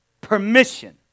permission